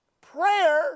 prayer